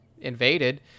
invaded